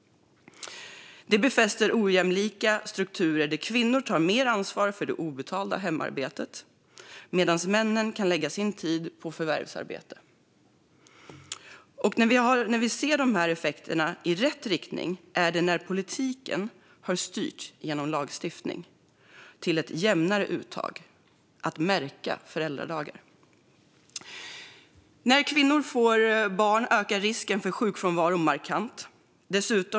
Detta befäster ojämlika strukturer där kvinnor tar mer ansvar för det obetalda hemarbetet medan männen kan lägga sin tid på förvärvsarbete. Effekter i rätt riktning ser vi när politiken genom lagstiftning har styrt till ett jämnare uttag. Det handlar om att märka föräldradagar. När kvinnor får barn ökar risken för sjukfrånvaro markant.